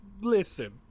listen